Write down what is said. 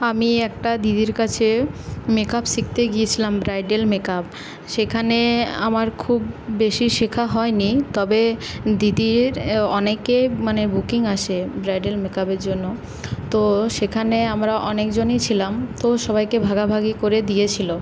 আমি একটা দিদির কাছে মেকআপ শিখতে গিয়েছিলাম ব্রাইডাল মেকআপ সেখানে আমার খুব বেশি শেখা হয়নি তবে দিদির অনেকে মানে বুকিং আসে ব্রাইডাল মেকআপের জন্য তো সেখানে আমরা অনেকজনই ছিলাম তো সবাইকে ভাগাভাগি করে দিয়েছিল